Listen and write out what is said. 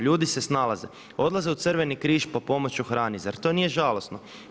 Ljudi se snalaze, odlaze u Crveni križ po pomoć u hrani, zar to nije žalosno.